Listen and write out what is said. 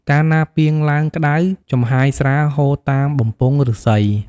កាលណាពាងឡើងក្ដៅ ចំហាយស្រាហូរតាមបំពង់ឫស្សី។